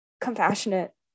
compassionate